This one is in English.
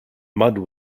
mud